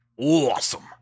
awesome